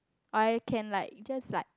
I can like just like